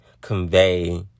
convey